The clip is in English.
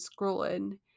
scrolling